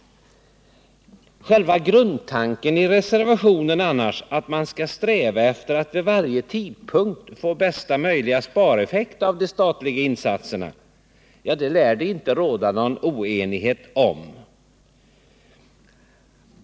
Själva grundtanken i reservationen, att man skall sträva efter att vid varje tidpunkt få bästa möjliga spareffekt av de statliga insatserna, lär det inte råda någon oenighet om.